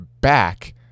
back